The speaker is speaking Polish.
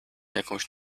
jakąś